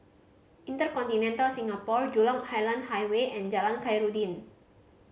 InterContinental Singapore Jurong Island Highway and Jalan Khairuddin